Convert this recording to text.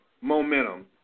momentum